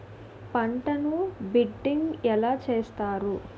పంటను బిడ్డింగ్ ఎలా చేస్తారు?